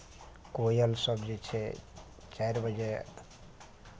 कोयलसभ जे छै चारि बजे